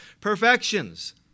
perfections